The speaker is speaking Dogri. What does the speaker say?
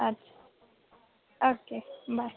अच्छा ओके बाय